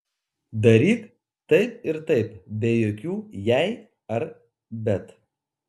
daryk taip ir taip be jokių jei ar bet